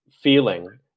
feeling